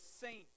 saint